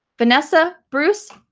vanessa, bruce,